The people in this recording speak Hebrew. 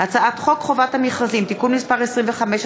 הצעת חוק חובת המכרזים (תיקון מס' 25),